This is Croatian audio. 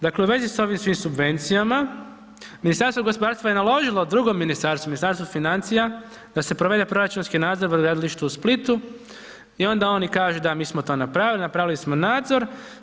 Dakle, u vezi sa ovim svim subvencijama, Ministarstvo gospodarstva je naložilo drugom ministarstvu, Ministarstvu financija da se provede proračunski nadzor brodogradilišta u Splitu i onda oni kažu, da, mi smo to napravili, napravili smo nadzor.